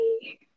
hey